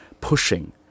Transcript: pushing